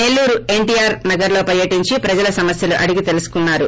నెల్లూరు ఎన్షీఆర్ నగర్లో పర్యటించి ప్రజల సమస్యలు అడిగి తెలుసుకున్నారు